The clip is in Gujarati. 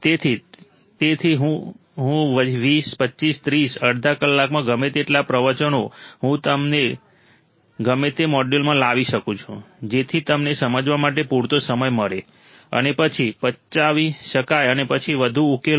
તેથી તેથી જ હું 20 25 30 અડધા કલાકમાં ગમે તેટલા પ્રવચનો હું તેને ગમે તે મોડ્યુલમાં લાવી શકું છું જેથી તમને સમજવા માટે પૂરતો સમય મળે અને પછી પચાવી શકાય અને પછી વધુ ઉકેલો